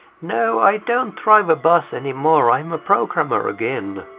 no, i don't drive a bus anymore. i'm a programmer again.